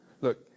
look